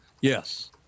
Yes